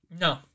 No